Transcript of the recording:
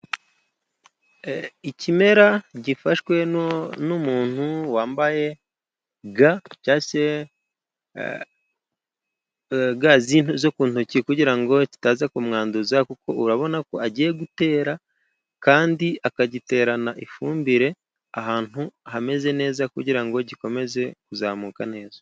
Ikimera gifashwe n'umuntu wambaye ga cyangwa se ga zo ku ntoki kugira ngo kitaza kumwanduza, kuko urabona ko agiye gutera kandi akagiterana ifumbire ahantu hameze neza, kugira ngo gikomeze kuzamuka neza.